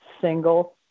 single